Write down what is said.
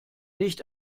nicht